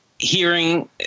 Hearing